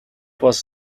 was